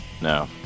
No